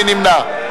מי נמנע?